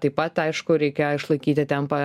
taip pat aišku reikia išlaikyti tempą